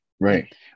Right